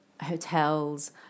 hotels